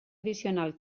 addicional